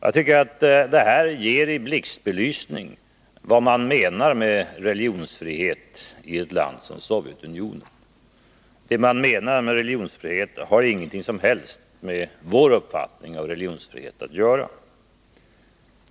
Jag tycker att detta i blixtbelysning visar vad man menar med religionsfrihet i ett land som Sovjetunionen. Det man menar med religionsfrihet har inget som helst med vår uppfattning om religionsfrihet att göra.